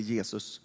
Jesus